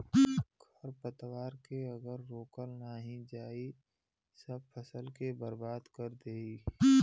खरपतवार के अगर रोकल नाही जाई सब फसल के बर्बाद कर देई